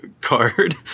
card